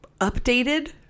updated